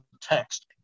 text